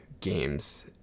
games